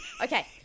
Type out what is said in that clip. Okay